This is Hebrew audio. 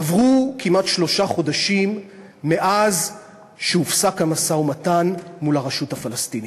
עברו כמעט שלושה חודשים מאז הופסק המשא-ומתן מול הרשות הפלסטינית,